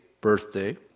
birthday